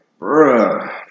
bruh